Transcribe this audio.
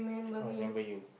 oh remember you